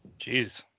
Jeez